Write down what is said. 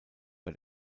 bei